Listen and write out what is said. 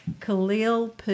Khalil